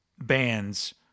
bands